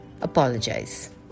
apologize